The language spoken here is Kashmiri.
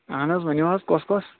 اَہن حظ ؤنِو حظ کۅس کۅس